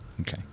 Okay